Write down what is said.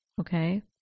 Okay